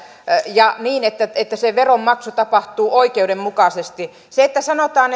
ja niin että se veronmaksu tapahtuu oikeudenmukaisesti kun sanotaan